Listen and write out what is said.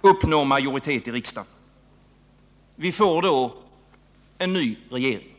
uppnår majoritet i riksdagen. Vi får då en ny regering.